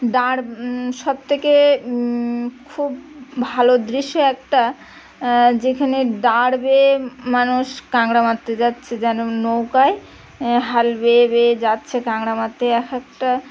দাঁড় সবথেকে খুব ভালো দৃশ্য একটা যেখানে দাঁড় বেয়ে মানুষ কাঁকড়া মারতে যাচ্ছে যেন নৌকায় হাল বেয়ে বেয়ে যাচ্ছে কাঁকড়া মারতে এক একটা